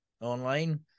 online